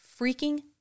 freaking